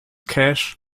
cache